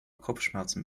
kopfschmerzen